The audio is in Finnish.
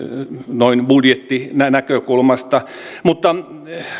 noin budjettinäkökulmasta mutta